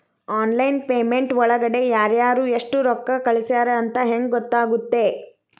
Online payment ಒಳಗಡೆ ಯಾರ್ಯಾರು ಎಷ್ಟು ರೊಕ್ಕ ಕಳಿಸ್ಯಾರ ಅಂತ ಹೆಂಗ್ ಗೊತ್ತಾಗುತ್ತೆ?